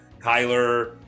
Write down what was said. Kyler